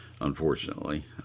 unfortunately